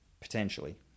Potentially